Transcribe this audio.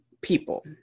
people